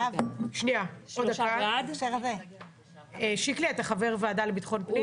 שיקלי, אתה חבר ועדה לביטחון פנים?